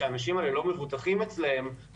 שהאנשים האלה לא מבוטחים אצלם,